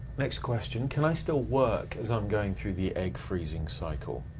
next question. can i still work as i'm going through the egg freezing cycle?